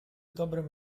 добрим